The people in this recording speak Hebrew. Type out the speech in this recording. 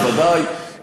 והשר בוודאי,